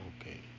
okay